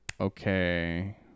okay